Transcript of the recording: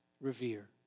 revere